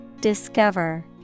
Discover